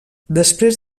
després